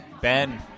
Ben